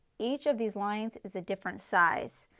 each of these lines is a different size.